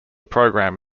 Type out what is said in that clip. program